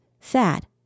sad